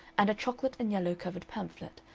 and a chocolate-and-yellow-covered pamphlet,